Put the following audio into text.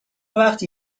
وقتی